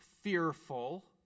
fearful